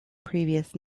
previous